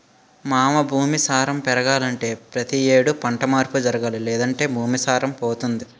మావా భూమి సారం పెరగాలంటే పతి యేడు పంట మార్పు జరగాలి లేదంటే భూమి సారం పోతుంది